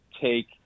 take